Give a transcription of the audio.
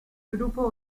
grupo